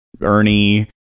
Ernie